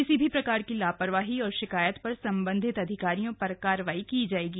किसी भी प्रकार की लापरवाही और शिकायत पर संबंधित अधिकारियों पर कार्रवाई की जायेगी